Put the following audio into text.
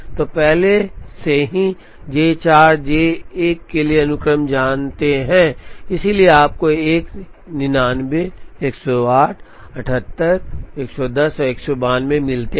तो हम पहले से ही J 4 J 1 के लिए अनुक्रम जानते हैं इसलिए आपको 1 99 108 78 110 और 192 मिलते हैं